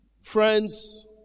Friends